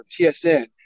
TSN